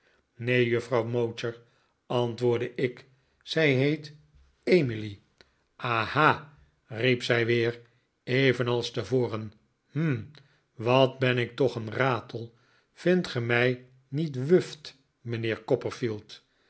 neen juffrouw mowcher antwoordde ik zij heet emily aha riep zij weer evenals tevoren hm wat ben ik toch een ratel vindt ge mij niet wuft mijnheer